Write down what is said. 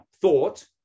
thought